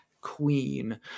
Queen